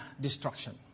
destruction